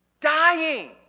dying